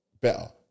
better